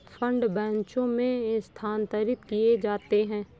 fund बैचों में स्थानांतरित किए जाते हैं